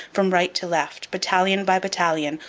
from right to left, battalion by battalion,